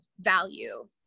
value